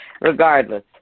Regardless